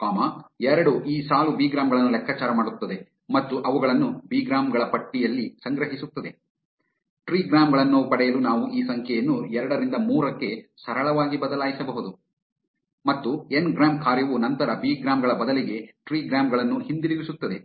comma ಎರಡು ಈ ಸಾಲು ಬಿಗ್ರಾಮ್ ಗಳನ್ನು ಲೆಕ್ಕಾಚಾರ ಮಾಡುತ್ತದೆ ಮತ್ತು ಅವುಗಳನ್ನು ಬಿಗ್ರಾಮ್ ಗಳ ಪಟ್ಟಿಯಲ್ಲಿ ಸಂಗ್ರಹಿಸುತ್ತದೆ ಟ್ರಿಗ್ರಾಮ್ ಗಳನ್ನು ಪಡೆಯಲು ನಾವು ಈ ಸಂಖ್ಯೆಯನ್ನು ಎರಡರಿಂದ ಮೂರಕ್ಕೆ ಸರಳವಾಗಿ ಬದಲಾಯಿಸಬಹುದು ಮತ್ತು ಎನ್ ಗ್ರಾಂ ಕಾರ್ಯವು ನಂತರ ಬಿಗ್ರಾಮ್ ಗಳ ಬದಲಿಗೆ ಟ್ರಿಗ್ರಾಮ್ ಗಳನ್ನು ಹಿಂತಿರುಗಿಸುತ್ತದೆ